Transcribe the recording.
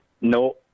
no